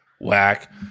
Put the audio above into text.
Whack